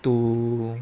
to